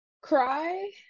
cry